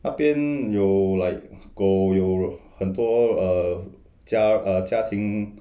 那边有 like 狗有很多:gou youhen duo err 家 err 家庭